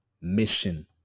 mission